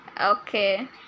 Okay